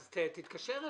זה מספיק לי.